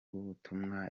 rw’ubutumwa